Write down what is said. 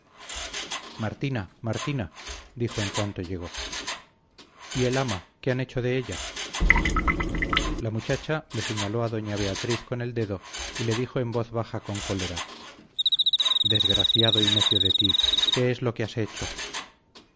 martina martina dijo en cuanto llegó y el ama qué han hecho de ella la muchacha le señaló a doña beatriz con el dedo y le dijo en voz baja con cólera desgraciado y necio de ti qué es lo que has hecho